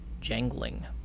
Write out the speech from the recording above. jangling